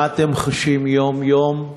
מה אתם חשים יום-יום,